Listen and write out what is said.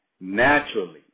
naturally